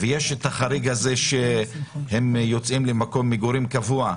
יש את החריג הזה שהם יוצאים למקום מגורים קבוע,